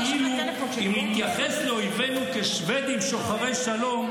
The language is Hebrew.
כאילו אם נתייחס לאויבינו כשבדים שוחרי שלום,